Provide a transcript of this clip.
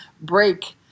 break